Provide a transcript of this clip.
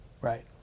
Right